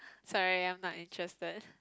sorry I'm not interested